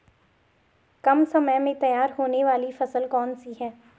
कम समय में तैयार होने वाली फसल कौन सी है?